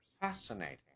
Fascinating